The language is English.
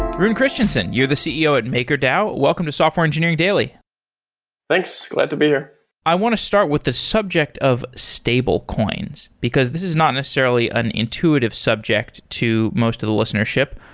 rune christensen, you're the ceo at makerdao. welcome to software engineering daily thanks. glad to be here i want to start with the subject of stablecoins, because this is not necessarily an intuitive subject to most of the listenership.